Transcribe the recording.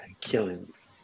killings